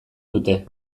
dute